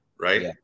right